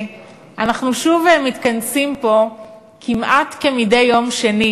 אנחנו שוב מתכנסים פה כמדי יום שני